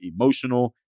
emotional